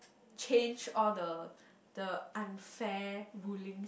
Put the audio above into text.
change all the the unfair ruling